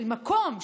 של מקום,